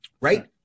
Right